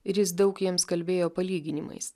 ir jis daug jiems kalbėjo palyginimais